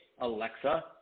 Alexa